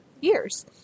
years